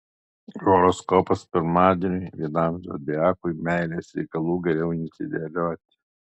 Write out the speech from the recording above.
horoskopas pirmadieniui vienam zodiakui meilės reikalų geriau neatidėlioti